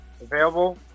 available